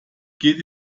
geht